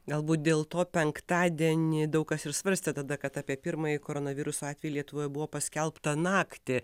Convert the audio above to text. galbūt dėl to penktadienį daug kas ir svarstė tada kad apie pirmąjį koronaviruso atvejį lietuvoje buvo paskelbta naktį